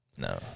No